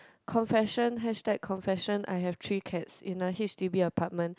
confession hashtag confession I have three cats in a H_D_B apartment